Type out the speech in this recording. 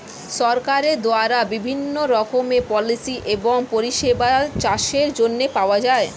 সরকারের দ্বারা বিভিন্ন রকমের পলিসি এবং পরিষেবা চাষের জন্য পাওয়া যায়